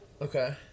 Okay